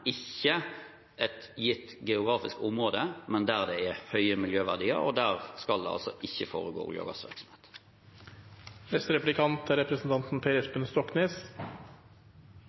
ikke et gitt geografisk område, men der det er høye miljøverdier. Der skal det ikke foregå olje- og gassvirksomhet.